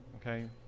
okay